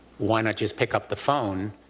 why not just pick up the phone?